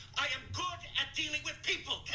i am good at dealing with people.